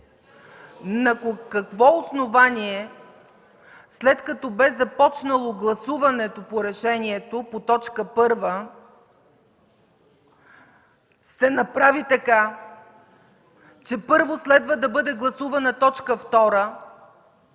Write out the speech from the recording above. На какво основание, след като бе започнало гласуването по решението, по т. 1, се направи така, че първо следва да бъде гласувана т. 2,